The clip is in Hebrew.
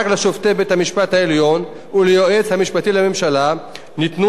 רק לשופטי בית-המשפט העליון וליועץ המשפטי לממשלה ניתנו